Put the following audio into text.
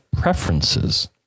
preferences